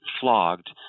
flogged